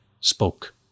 spoke